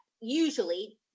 Usually